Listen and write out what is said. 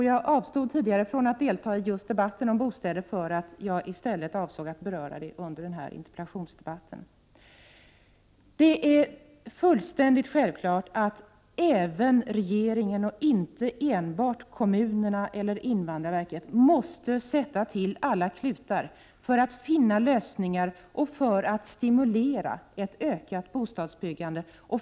Jag avstod tidigare från att delta i debatten om bostäder eftersom jag i stället avsåg att beröra frågan i den här interpellationsdebatten. Det är fullständigt självklart att även regeringen och inte enbart kommunerna eller invandrarverket måste sätta till alla klutar för att finna lösningar och för att stimulera ett ökat bostadsbyggande.